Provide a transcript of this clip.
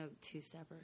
two-stepper